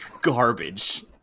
Garbage